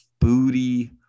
booty